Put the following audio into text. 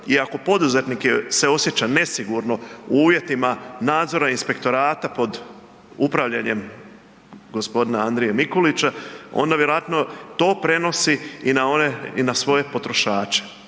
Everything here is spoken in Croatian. I ako poduzetnik se osjeća nesigurno u uvjetima nadzorima inspektorata pod upravljanjem gospodina Andrije Mikulića, onda vjerojatno to prenosi i na one i na svoje potrošače